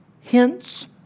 hence